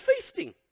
feasting